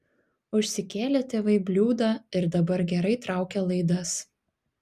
užsikėlė tėvai bliūdą ir dabar gerai traukia laidas